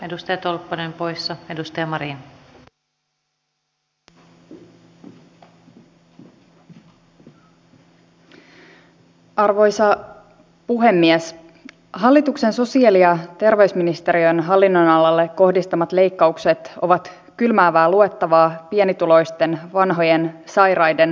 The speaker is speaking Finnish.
esimerkiksi viime laman aikana silloinen hallitus teki viisaasti kun panosti tutkimukseen ja koulutukseen vaikka silloinkin kaikesta muusta piti leikata